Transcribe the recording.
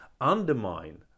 undermine